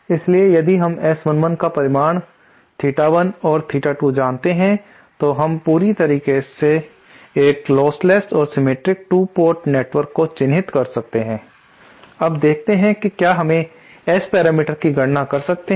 इसलिए यदि हम S11 का परिमाण थीटा 1 और थीटा 2 जानते हैं तो हम पूरी तरह से एक लोस्टलेस और सिमेट्रिक 2 पोर्ट नेटवर्क को चिन्हित कर सकते हैं अब देखते हैं कि क्या हम चीजें S पैरामीटर्स की गणना कर सकते हैं